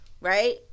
Right